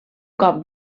cop